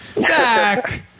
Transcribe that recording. Zach